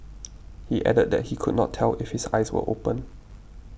he added that he could not tell if his eyes were open